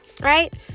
right